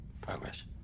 Progress